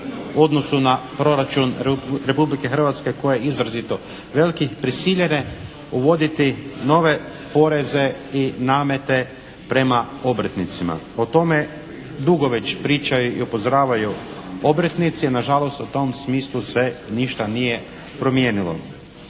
u odnosu na proračun Republike Hrvatske koji je izrazito veliki prisiljene uvoditi nove poreze i namete prema obrtnicima. O tome dugo već pričaju i upozoravaju obrtnici. Nažalost u tom smislu se ništa nije promijenilo.